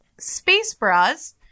SpaceBras